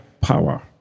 power